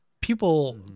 people